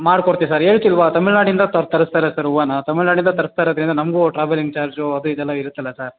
ಮಾಡ್ಕೊಡ್ತೀವಿ ಸರ್ ಹೇಳ್ತಿಲ್ವ ತಮಿಳ್ನಾಡಿಂದ ತರಿ ತರಿಸ್ತಾ ಇರೋದು ಸರ್ ಹೂವನ್ನ ತಮಿಳ್ನಾಡಿಂದ ತರಿಸ್ತಾ ಇರೋದರಿಂದ ನಮಗೂ ಟ್ರಾವೆಲಿಂಗ್ ಚಾರ್ಜು ಅದು ಇದೆಲ್ಲ ಇರುತ್ತೆಲ್ಲ ಸರ್